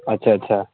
अच्छा अच्छा